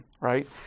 right